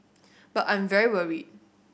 but I'm very worried